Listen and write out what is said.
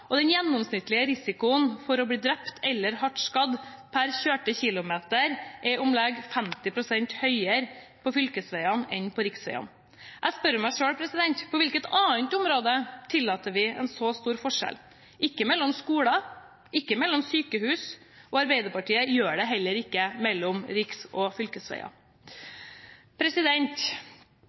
og den gjennomsnittlige risikoen for å bli drept eller hardt skadd per kjørte kilometer er om lag 50 pst. høyere på fylkesvegene enn på riksvegene. Jeg spør meg selv: På hvilket annet område tillater vi en så stor forskjell? Ikke mellom skoler, ikke mellom sykehus, og Arbeiderpartiet gjør det heller ikke mellom riksveger og